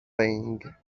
thing